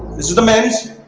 this is the mens